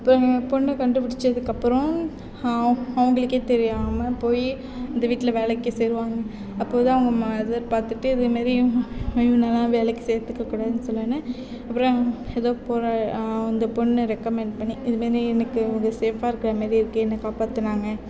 அப்புறம் பொண்ணை கண்டுபிடிச்சதுக்கு அப்புறம் அவங்களுக்கே தெரியாமல் போய் அந்த வீட்டில் வேலைக்கு சேர்வாங்க அப்போது தான் அவங்க மதர் பார்த்துட்டு இது மாரி இவனெல்லாம் வேலைக்கு சேர்த்துக்க கூடாதுன்னு சொன்னவுன்னே அப்புறம் ஏதோ போரா அந்த பொண்ணு ரெகமெண்ட் பண்ணி இது மாரி எனக்கு வந்து சேஃப்பாக இருக்கிற மாதிரிருக்கு என்னை காப்பாற்றினாங்க